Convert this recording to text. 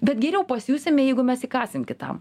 bet geriau pasijusime jeigu mes įkąsim kitam